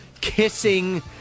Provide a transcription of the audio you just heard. kissing